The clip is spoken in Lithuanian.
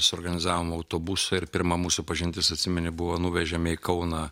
suorganizavom autobusą ir pirma mūsų pažintis atsimeni buvo nuvežėme į kauną